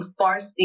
Farsi